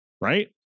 right